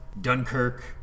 Dunkirk